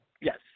Yes